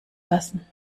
lassen